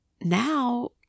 Now